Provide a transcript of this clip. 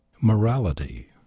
Morality